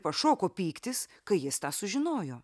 pašoko pyktis kai jis tą sužinojo